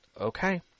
Okay